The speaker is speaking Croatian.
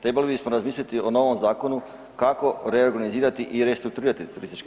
Trebali bismo razmisliti o novom zakonu kako reorganizirati i restrukturirati TZ-ove.